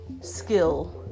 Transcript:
skill